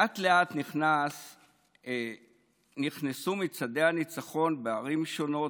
לאט-לאט נכנסו מצעדי הניצחון לערים שונות,